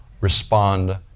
respond